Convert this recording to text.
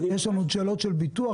יש לנו עוד שאלות של ביטוח,